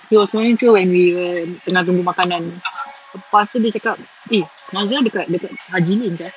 he was scrolling through when we were tengah tunggu makanan lepas tu dia cakap eh najilah dekat dekat haji lane sia